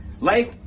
Life